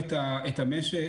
את הנוסח.